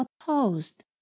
opposed